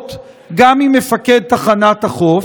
הבהרות גם ממפקד תחנת החוף?